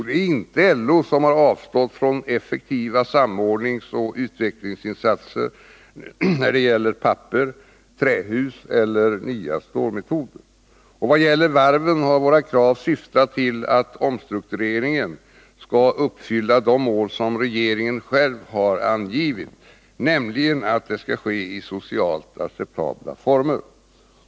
Det är inte LO som har avstått från effektiva samordningsoch utvecklingsinsatser när det gäller papper, trähus eller nya stålmetoder. Och vad gäller varven har våra krav syftat till att omstruktureringen skall uppfylla de mål som regeringen själv har angivit, nämligen att den skall ske i socialt acceptabla former.